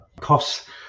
costs